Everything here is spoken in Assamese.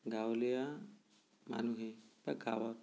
গাঁৱলীয়া মানুহে বা গাঁৱত